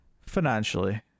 financially